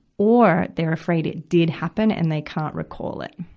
or they're afraid it did happen and they can't recall it.